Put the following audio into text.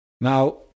Now